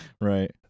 Right